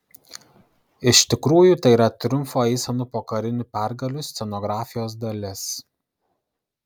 iš tikrųjų tai yra triumfo eisenų po karinių pergalių scenografijos dalis